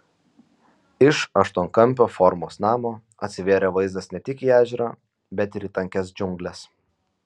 iš aštuonkampio formos namo atsivėrė vaizdas ne tik į ežerą bet ir į tankias džiungles